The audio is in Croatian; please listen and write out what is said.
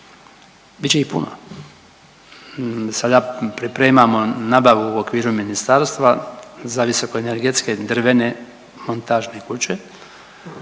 će ih puno. Sada pripremamo nabavu u okviru ministarstva za visokoenergetske drvene montažne kuće